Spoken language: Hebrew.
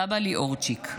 סבא ליאורצ'יק.